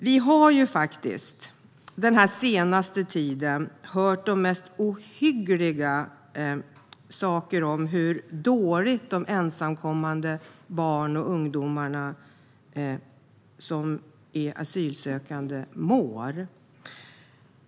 Vi har den senaste tiden hört hur ohyggligt dåligt de ensamkommande asylsökande barnen och ungdomarna mår.